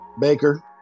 Baker